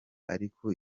ariko